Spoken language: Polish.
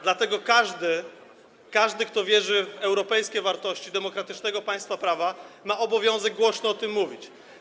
Dlatego każdy, każdy, kto wierzy w europejskie wartości demokratycznego państwa prawa, ma obowiązek głośno o tym mówić.